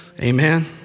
amen